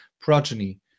progeny